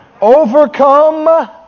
overcome